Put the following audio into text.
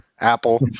Apple